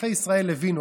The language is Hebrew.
אזרחי ישראל הבינו.